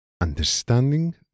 Understanding